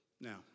Now